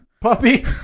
puppy